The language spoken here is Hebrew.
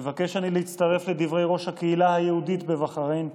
מבקש אני להצטרף לדברי ראש הקהילה היהודית בבחריין,